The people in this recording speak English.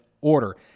order